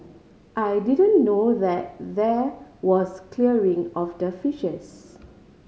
I didn't know that there was clearing of the fishes